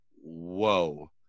whoa